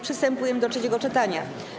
Przystępujemy do trzeciego czytania.